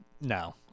no